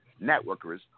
networkers